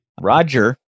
Roger